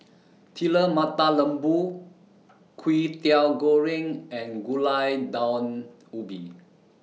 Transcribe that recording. Telur Mata Lembu Kwetiau Goreng and Gulai Daun Ubi